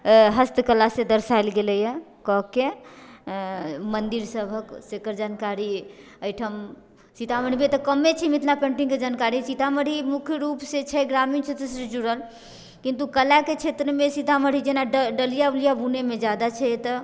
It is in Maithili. हस्तकलासँ दर्शायल गेलैए कऽके मन्दिर सभके सेकर जानकारी अयठाम सीतामढ़ीमे तऽ कमे छै मिथिला पेंटिंगके जानकारी सीतामढ़ी मुख्य रूपसँ छै ग्रामीण क्षेत्रसँ जुड़ल किन्तु कलाके क्षेत्रमे सीतामढ़ी जेना डलिया उलिया बुनैमे जादा छै एतौ